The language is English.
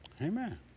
Amen